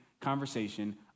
conversation